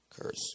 curse